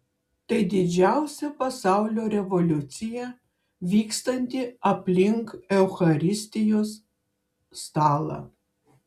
tai didžiausia pasaulio revoliucija vykstanti aplink eucharistijos stalą